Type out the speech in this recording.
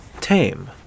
tame